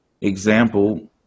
example